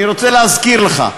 אני רוצה להזכיר לך.